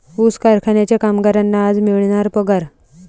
ऊस कारखान्याच्या कामगारांना आज मिळणार पगार